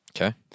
Okay